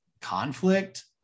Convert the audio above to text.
conflict